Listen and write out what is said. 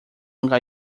lugar